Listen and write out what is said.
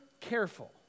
careful